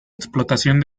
explotación